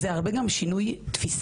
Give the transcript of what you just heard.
זה הרבה גם שינוי בתפיסה.